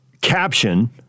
caption